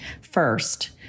First